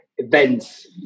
events